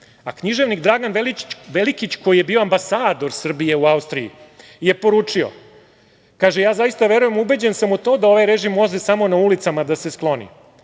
sudovi".Književnik Dragan Velikić, koji je bio ambasador Srbije u Austriji, je poručio: "Ja zaista verujem i ubeđen sam u to da ovaj režim može samo na ulicama da se